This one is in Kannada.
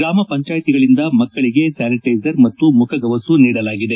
ಗ್ರಾಮ ಪಂಚಾಯತಿಗಳಿಂದ ಮಕ್ಕಳಿಗೆ ಸ್ಥಾನಿಟೈಜರ್ ಮತ್ತು ಮುಖಗವಿಸು ನೀಡಲಾಗಿದೆ